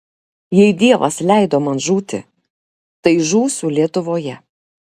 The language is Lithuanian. jei dievas leido man žūti tai žūsiu lietuvoje